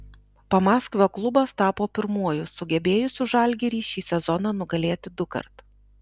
pamaskvio klubas tapo pirmuoju sugebėjusiu žalgirį šį sezoną nugalėti dukart